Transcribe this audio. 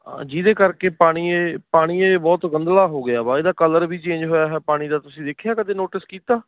ਹਾਂ ਜਿਹਦੇ ਕਰਕੇ ਪਾਣੀ ਇਹ ਪਾਣੀ ਇਹ ਬਹੁਤ ਗੰਧਲਾ ਹੋ ਗਿਆ ਹੈ ਇਹਦਾ ਕਲਰ ਵੀ ਚੇਂਜ ਹੋਇਆ ਹੋਇਆ ਪਾਣੀ ਦਾ ਤੁਸੀਂ ਦੇਖਿਆ ਕਦੇ ਨੋਟਿਸ ਕੀਤਾ